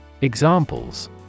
Examples